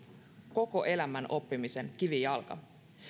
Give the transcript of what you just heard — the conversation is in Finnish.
koko elämän oppimisen kivijalka